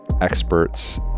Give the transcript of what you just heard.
experts